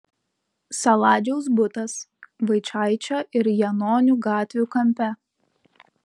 saladžiaus butas vaičaičio ir janonių gatvių kampe